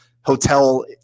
hotel